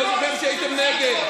אני לא זוכר שהייתם נגד.